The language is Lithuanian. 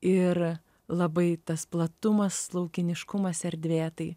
ir labai tas platumas laukiniškumas erdvė tai